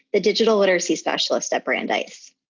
the digital literacy specialist at brandeis.